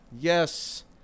Yes